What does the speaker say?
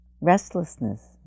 restlessness